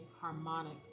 harmonic